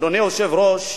אדוני היושב-ראש,